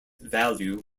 value